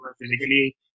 Physically